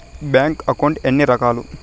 bank account ఎన్ని రకాలు